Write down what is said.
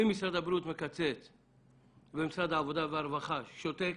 אם משרד הבריאות מקצץ ומשרד העבודה והרווחה שותק,